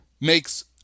Makes